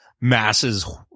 masses